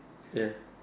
ya